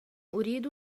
أريد